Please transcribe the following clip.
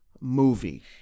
movie